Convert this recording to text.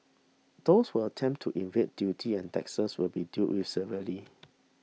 those who attempt to evade duty and taxes will be dealt with severely